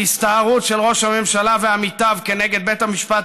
ההסתערות של ראש הממשלה ועמיתיו כנגד בית המשפט